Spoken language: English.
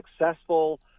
successful